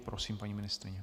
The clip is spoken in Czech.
Prosím, paní ministryně.